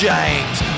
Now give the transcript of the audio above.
James